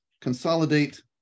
consolidate